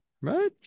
Right